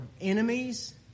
enemies